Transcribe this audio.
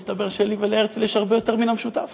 מסתבר שלי ולהרצל יש הרבה מן המשותף.